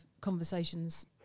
conversations